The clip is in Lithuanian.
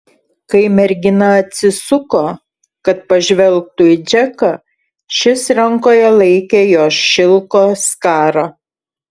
kai mergina atsisuko kad pažvelgtų į džeką šis rankoje laikė jos šilko skarą